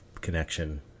connection